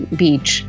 beach